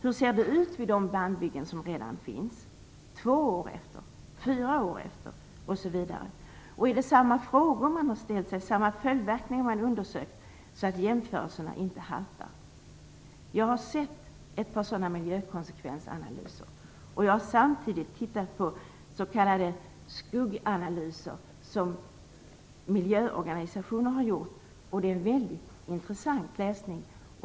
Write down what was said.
Hur ser det ut vid de dammbyggen som redan finns två år efter, fyra år efter osv.? Är det samma frågor som man ställt sig, samma följdverkningar som man undersökt, så att jämförelserna inte haltar? Jag har sett ett par sådana miljökonsekvensanalyser. Jag har samtidigt tittat på s.k. skugganalyser som miljöorganisationer har gjort. Det är väldigt intressant läsning.